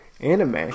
anime